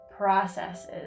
processes